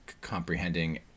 comprehending